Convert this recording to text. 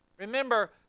Remember